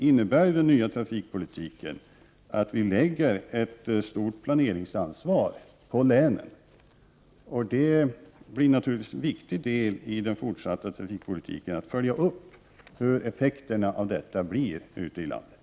Men den nya trafikpolitiken innebär att vi lägger ett stort planeringsansvar på länen. Det blir naturligtvis en viktig del i den fortsatta trafikpolitiken att följa upp effekterna av detta ute i landet.